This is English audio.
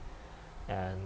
and